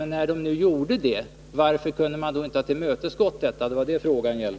Men när de nu gjorde det, varför kunde man då inte tillmötesgå denna begäran? Det var det frågan gällde.